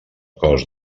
cos